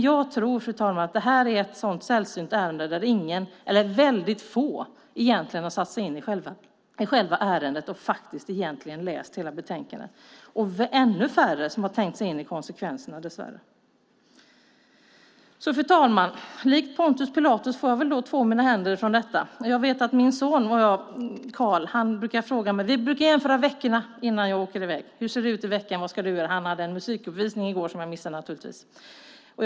Jag tror att det här är ett sådant sällsynt ärende som väldigt få egentligen har satt sig in i och läst själva betänkandet, och det är dess värre ännu färre som har tänkt sig in i konsekvenserna. Fru talman! Liksom Pontius Pilatus får jag två mina händer. Jag och min som Carl brukar jämföra vad vi ska göra under våra veckor innan jag åker i väg. Han hade en musikuppvisning i går som jag naturligtvis missade.